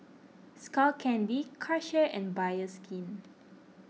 Skull Candy Karcher and Bioskin